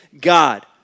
God